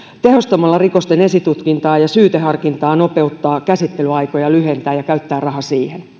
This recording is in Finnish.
tehostaa rikosten esitutkintaa ja nopeuttaa syyteharkintaa käsittelyaikoja lyhentää käyttää raha siihen